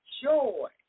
joy